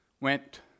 went